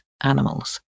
animals